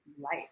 life